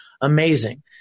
amazing